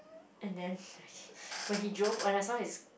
and then when he drove when I saw his